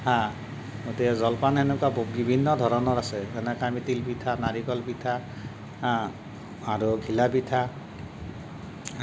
এতিয়া জলপান সেনেকুৱা বিভিন্ন ধৰণৰ আছে যেনেকে আমি তিলপিঠা নাৰিকল পিঠা আৰু ঘিলা পিঠা